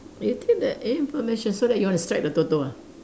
you take the information so that you want strike the Toto ah